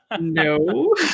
No